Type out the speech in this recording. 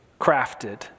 crafted